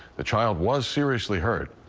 the child was seriously hurt.